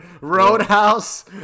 Roadhouse